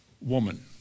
woman